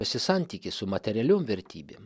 tarsi santykis su materialiom vertybėm